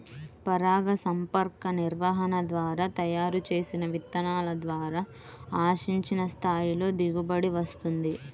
పరాగసంపర్క నిర్వహణ ద్వారా తయారు చేసిన విత్తనాల ద్వారా ఆశించిన స్థాయిలో దిగుబడి వస్తుంది